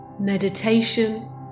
Meditation